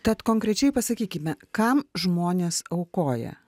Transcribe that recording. tad konkrečiai pasakykime kam žmonės aukoja